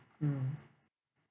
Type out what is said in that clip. mm